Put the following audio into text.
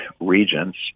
regents